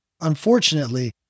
Unfortunately